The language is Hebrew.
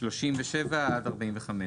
7 נגד.